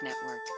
Network